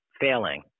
failing